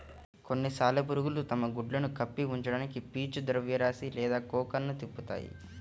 కొన్ని సాలెపురుగులు తమ గుడ్లను కప్పి ఉంచడానికి పీచు ద్రవ్యరాశి లేదా కోకన్ను తిప్పుతాయి